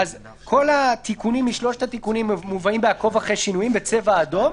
כל התיקונים משלושת התיקונים מובאים ב"עקוב אחרי שינויים" בצבע אדום,